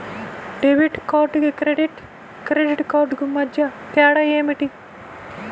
Debit కార్డుకు credit credit కార్డుకు మధ్య తేడా ఏమిటీ?